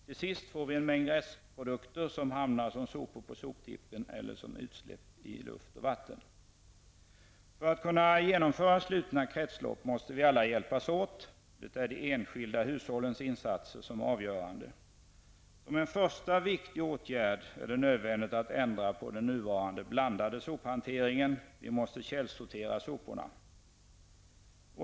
Till sist får vi en mängd restprodukter som hamnar som sopor på soptippen eller som utsläpp i luft och vatten. För att kunna genomföra slutna kretslopp måste vi alla hjälpas åt. Det är de enskilda hushållens insatser som är avgörande. Som en första viktig åtgärd är det nödvändigt att ändra på den nuvarande blandade sophanteringen. Vi måste källsortera soporna.